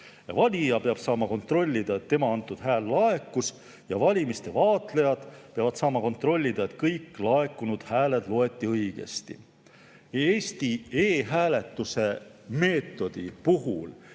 valija peab saama kontrollida, et tema antud hääl laekus, ja valimiste vaatlejad peavad saama kontrollida, et kõik laekunud hääled loeti õigesti. Eesti e-hääletuse meetodi puhul